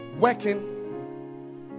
Working